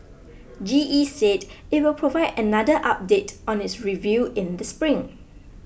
G E said it will provide another update on its review in the spring